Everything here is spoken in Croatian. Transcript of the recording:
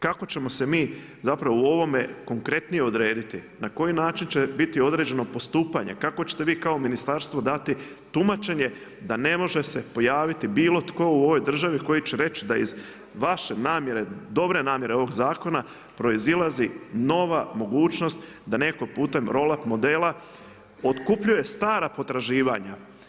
Kako ćemo se mi zapravo u ovome konkretnije odrediti, na koji način će biti određeno postupanje, kako ćete vi kao ministarstvo dati tumačenje, da ne može se pojaviti bilo tko u ovoj državi, koji će reći, da iz vaše namjere, dobre namjere ovog zakona, proizlazi nova mogućnost, da netko putem roll up modela otkupljuje stara potraživanja.